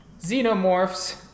Xenomorphs